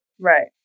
right